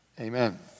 amen